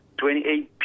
28